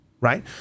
right